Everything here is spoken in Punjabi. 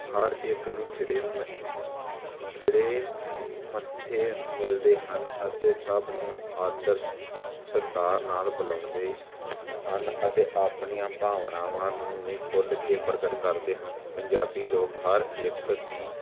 ਹਰ ਇੱਕ ਨੂੰ ਖਿੜੇ ਮੱ ਖਿੜੇ ਮੱਥੇ ਮਿਲਦੇ ਹਨ ਅਤੇ ਸਭ ਨੂੰ ਆਦਰ ਸ ਸਤਿਕਾਰ ਨਾਲ ਬੁਲਾਉਂਦੇ ਹਨ ਅਤੇ ਆਪਣੀਆਂ ਭਾਵਨਾਵਾਂ ਨੂੰ ਵੀ ਖੁੱਲ੍ਹ ਕੇ ਪ੍ਰਗਟ ਕਰਦੇ ਪੰਜਾਬੀ ਲੋਕ ਹਰ ਇੱਕ ਦੀ